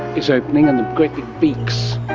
is opening and the great big beaks,